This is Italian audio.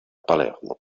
palermo